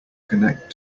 connect